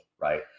right